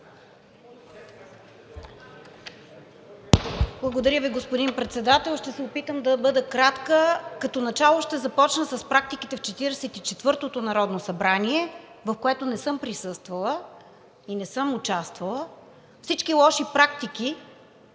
Благодаря Ви, господин Председател. Ще се опитам да бъда кратка и като начало ще започна с практиките в Четиридесет и четвъртото народно събрание, в което не съм присъствала и не съм участвала. Всички лоши практики